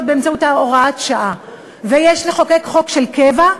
באמצעות הוראת שעה ויש לחוקק חוק של קבע?